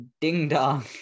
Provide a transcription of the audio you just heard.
ding-dong